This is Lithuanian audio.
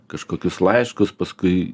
kažkokius laiškus paskui